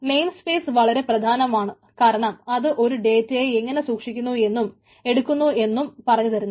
name space വളരെ പ്രധാനമാണ് കാരണം അത് ഒരു ഡേറ്റയെ എങ്ങനെ സൂക്ഷിക്കുന്നു എന്നും എടുക്കുന്നു എന്നും പറഞ്ഞു തരുന്നു